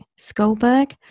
Skolberg